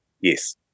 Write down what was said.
Yes